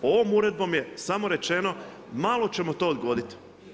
Ovom uredbom je samo rečeno, malo ćemo to odgoditi.